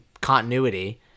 continuity